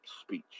speech